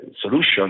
solution